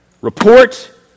Report